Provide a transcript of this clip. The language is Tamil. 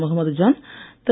முகமது ஜான் திரு